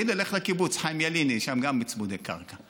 הינה, לך לקיבוץ, חיים ילין, יש שם גם צמודי קרקע.